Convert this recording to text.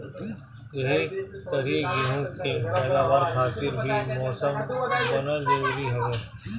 एही तरही गेंहू के पैदावार खातिर भी मौसम बनल जरुरी हवे